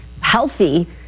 healthy